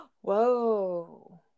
Whoa